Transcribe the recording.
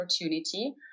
opportunity